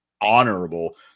honorable